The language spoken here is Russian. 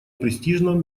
престижного